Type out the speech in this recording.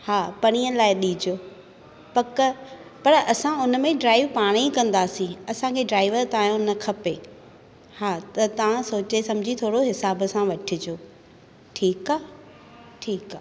हा परीहं लाइ ॾिजो पकु पर असां उन में ड्राइव पाण ई कंदासी असांजे ड्राइवर तव्हां जो न खपे हा त तव्हां सोचे समुझी थोरो हिसाब सां वठिजो ठीकु आहे ठीकु आहे